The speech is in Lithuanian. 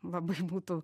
labai būtų